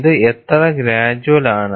ഇത് എത്ര ഗ്രാജുവൽ ആണ്